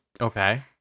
Okay